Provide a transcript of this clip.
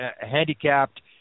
handicapped